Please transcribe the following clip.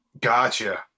Gotcha